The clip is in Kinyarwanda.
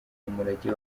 umurage